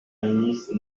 ministre